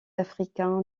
africain